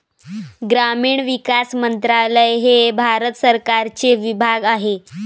ग्रामीण विकास मंत्रालय हे भारत सरकारचे विभाग आहे